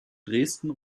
dresden